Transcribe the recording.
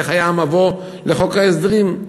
איך זה היה המבוא לחוק ההסדרים?